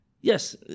yes